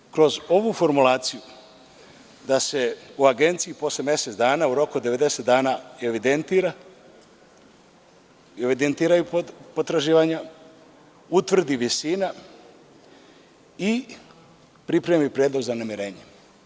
Prvo kroz ovu formulaciju da se u agenciji posle mesec dana u roku od 90 dana evidentiraju potraživanja, utvrdi visina i pripremi predlog za namirenje.